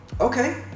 Okay